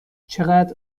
چقدر